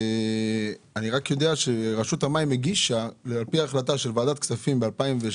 אני יודע שעל-פי החלטת ועדת הכספים מ-2017